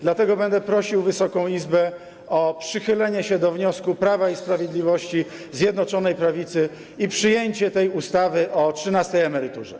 Dlatego będę prosił Wysoką Izbę o przychylenie się do wniosku Prawa i Sprawiedliwości, Zjednoczonej Prawicy i przyjęcie tej ustawy o trzynastej emeryturze.